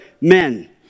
men